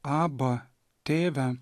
aba tėve